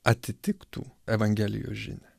atitiktų evangelijos žinią